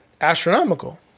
astronomical